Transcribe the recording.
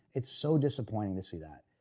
it's so disappointing to see that.